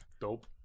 Dope